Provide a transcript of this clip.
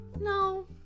No